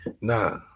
Nah